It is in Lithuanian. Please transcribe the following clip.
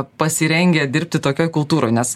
pasirengę dirbti tokioj kultūroj nes